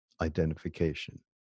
identification